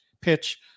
pitch